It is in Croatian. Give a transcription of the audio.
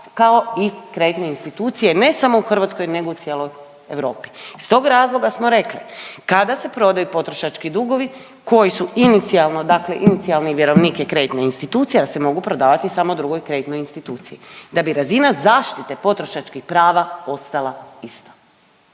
kao i kreditne institucije, ne samo u Hrvatskoj nego u cijeloj Europi. Iz tog razloga smo rekli, kada se prodaju potrošački dugovi koji su inicijalno, dakle inicijalni vjerovnik je kreditna institucija, da se mogu prodavati samo drugoj kreditnoj instituciji da bi razina zaštite potrošačkih prava ostala ista,